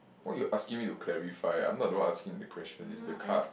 why you asking me to clarify I'm not the one asking the question it's the card